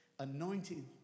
anointing